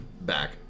back